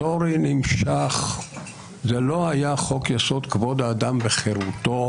הליכוד לא באמת רוצה את הדבר